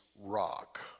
rock